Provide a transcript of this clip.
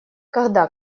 когда